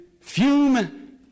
fume